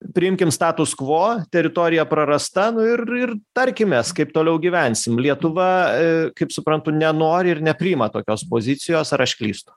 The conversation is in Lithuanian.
priimkim status kvo teritorija prarasta nu ir ir tarkimės kaip toliau gyvensim lietuva e kaip suprantu nenori ir nepriima tokios pozicijos ar aš klystu